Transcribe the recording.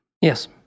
Yes